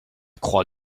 croix